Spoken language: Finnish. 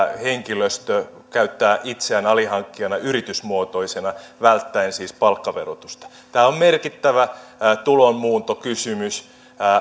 henkilöstö käyttää itseään alihankkijana yritysmuotoisena välttäen siis palkkaverotusta tämä on merkittävä tulonmuuntokysymys